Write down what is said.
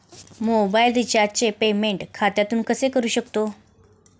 Mobile रिचार्जचे payment खात्यातून कसे करू शकतो?